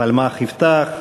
פלמח-יפתח,